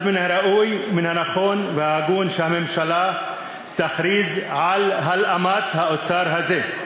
מן הראוי והנכון וההגון שהממשלה תכריז על הלאמת האוצר הזה,